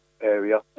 area